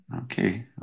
Okay